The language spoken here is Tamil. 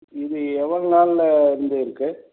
இது எவ்வளோ நாளில் இருந்து இருக்குது